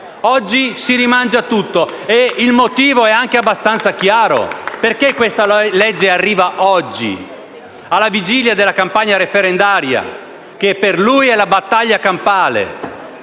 Oggi si rimangia tutto e il motivo è anche abbastanza chiaro. Perché questa legge arriva oggi, alla vigilia della campagna referendaria, che per lui è la battaglia campale?